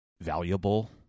valuable